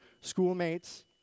schoolmates